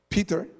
Peter